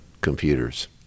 computers